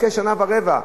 מחכה שנה ורבע.